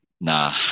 nah